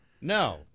No